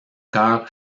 chœur